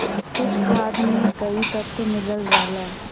कुछ खाद में कई तत्व मिलल रहला